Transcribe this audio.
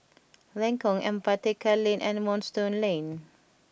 Lengkong Empat Tekka Lane and Moonstone Lane